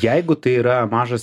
jeigu tai yra mažas